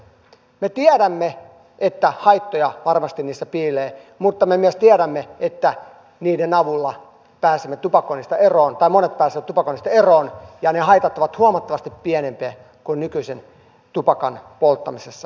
me tiedämme että haittoja sähkötupakassa varmasti piilee mutta me myös tiedämme että sen avulla pääsemme tupakoinnista eroon tai monet pääsevät tupakoinnista eroon ja ne haitat ovat huomattavasti pienempiä kuin nykyisen tupakan polttamisessa